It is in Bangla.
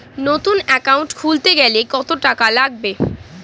নতুন একাউন্ট খুলতে গেলে কত টাকা লাগবে?